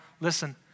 Listen